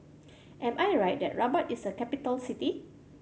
am I right that Rabat is a capital city